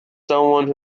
someone